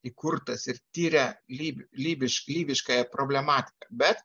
įkurtas ir tiria lyv lyviš lyviškąją problematiką bet